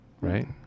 right